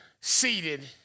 Seated